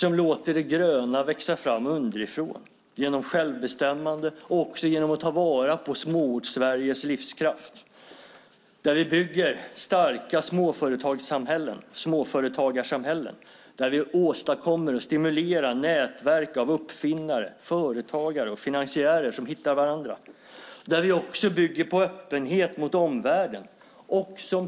Vi låter det gröna växa fram underifrån genom självbestämmande och genom att ta vara på Småortssveriges livskraft. Där bygger vi starka småföretagarsamhällen och åstadkommer och stimulerar nätverk av uppfinnare, företagare och finansiärer som hittar varandra. Där bygger vi också öppenhet mot omvärlden.